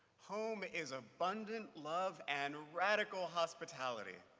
home is abundant love and radical hospitality.